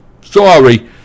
Sorry